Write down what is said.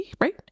right